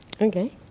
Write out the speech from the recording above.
Okay